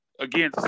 again